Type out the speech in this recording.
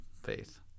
faith